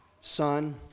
Son